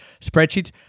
spreadsheets